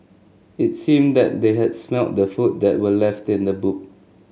it seemed that they had smelt the food that were left in the boot